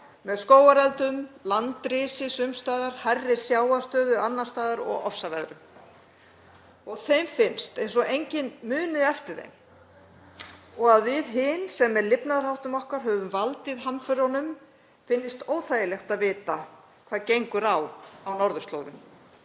með skógareldum, landrisi sums staðar, hærri sjávarstöðu annars staðar og ofsaveðrum. Þeim finnst eins og enginn muni eftir þeim og að okkur hinum, sem með lifnaðarháttum okkar höfum valdið hamförunum, finnist óþægilegt að vita hvað gengur á á norðurslóðum.